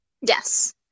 Yes